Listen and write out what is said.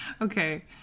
Okay